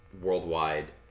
worldwide